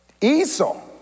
Esau